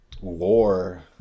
war